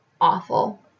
awful